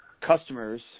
customers